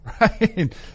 Right